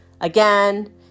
again